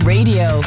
Radio